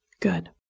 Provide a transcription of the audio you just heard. Good